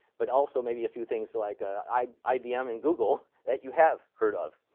but also, maybe, a few things like ah ibm and google that you have heard of.